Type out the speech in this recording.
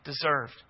deserved